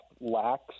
lacks